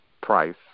price